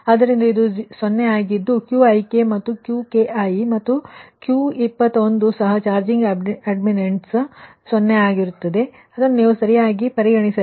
ಆದ್ದರಿಂದ ಇದು 0 ಆಗಿರುತ್ತದೆ Qik Qki ಮತ್ತು Q21 ಗೆ ಸಹ ಚಾರ್ಜಿಂಗ್ ಅಡ್ಮಿಟೆನ್ಸ್ 0 ಆಗಿರುತ್ತದೆ ಆದರೆ ನೀವು ಅದನ್ನು ಸರಿಯಾಗಿ ಪರಿಗಣಿಸಿಲ್ಲ